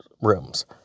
rooms